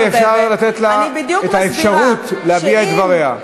רבותי, אפשר לתת לה את האפשרות להביע את דבריה.